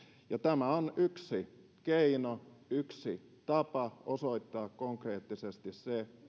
ja tämä on yksi keino yksi tapa osoittaa konkreettisesti se